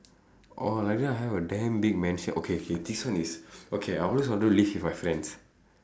orh like that I have a damn big mansion okay okay this one is okay I always wanted to live with my friends